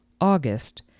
august